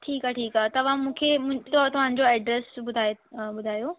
ठीकु आहे ठीकु आहे तव्हां मूंखे त तव्हांजो एड्रेस ॿुधाए ॿुधायो